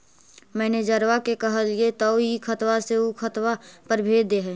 मैनेजरवा के कहलिऐ तौ ई खतवा से ऊ खातवा पर भेज देहै?